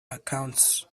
accounts